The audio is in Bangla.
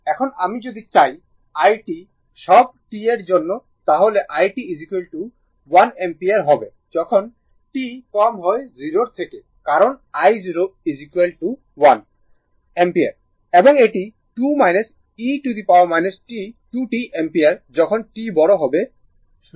এখন আমি যদি চাই i t সব t এর জন্য তাহলে i t 1 অ্যাম্পিয়ার হবে যখন t কম হয় 0 এর থেকে কারণ i0 1 অ্যাম্পিয়ার এবং এটি 2 e t 2 t অ্যাম্পিয়ার যখন t বড় হবে 0 এর থেকে